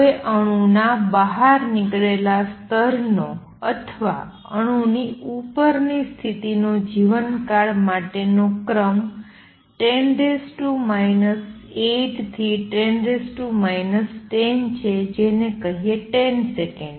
હવે અણુ ના બહાર નીકળેલા સ્તરનો અથવા અણુની ઉપરની સ્થિતિનો જીવનકાળ માટેનો ક્રમ 10 8 થી 10 10 છે જેને કહીયે ૧૦ સેકન્ડ